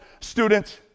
students